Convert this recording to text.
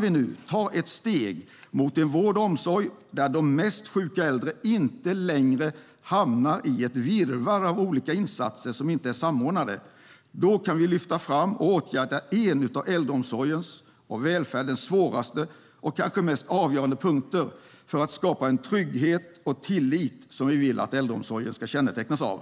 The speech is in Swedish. vi nu ta ett steg mot en vård och omsorg där de mest sjuka äldre inte längre hamnar i ett virrvarr av olika insatser som inte är samordnade kan vi lyfta fram och åtgärda en av äldreomsorgens och välfärdens svåraste och kanske mest avgörande punkter för att skapa en trygghet och en tillit som vi vill att äldreomsorgen ska kännetecknas av.